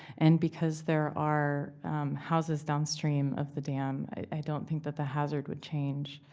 and because there are houses downstream of the dam, i don't think that the hazard would change.